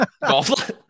golf